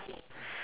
so